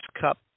Cup